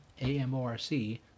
AMORC